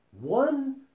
One